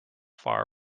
far